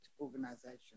organization